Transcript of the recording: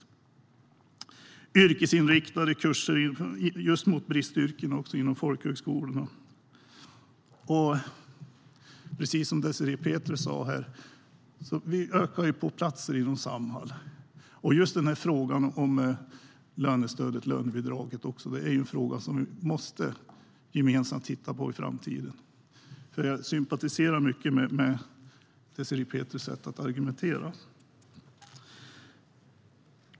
Det handlar om yrkesinriktade kurser inom bristyrken på folkhögskolorna. Precis som Désirée Pethrus sa ökar vi platserna inom Samhall. Just frågan om lönestödet och lönebidraget är en fråga som vi måste titta gemensamt på i framtiden. Jag sympatiserar mycket med Désirée Pethrus sätt att argumentera.